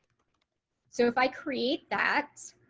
so if i create that